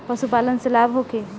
पशु पालन से लाभ होखे?